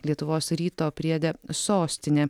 lietuvos ryto priede sostinė